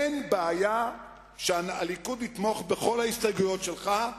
אין בעיה שהליכוד יתמוך בכל ההסתייגויות שלך,